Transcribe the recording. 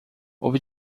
ouvi